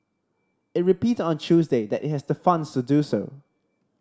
it repeated on Tuesday that it has the funds to do so